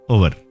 Over